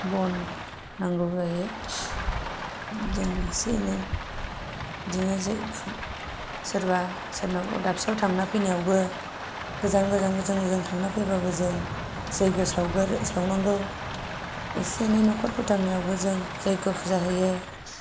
बन नांगौ जायो जों एसे एनै बिदिनो सोरबा सोरनावबा दाबसेआव थांना फैनायावबो गोजान गोजान बोजों बोजों थांना फैब्लाबो जों जग्य सावगारो सावनांगौ एसे एनै न'खर फोथांनायावबो जों जग्य फुजा होयो